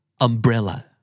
Umbrella